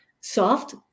soft